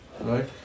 right